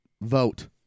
Vote